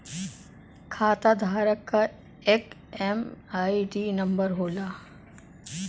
खाताधारक क एक एम.एम.आई.डी नंबर होला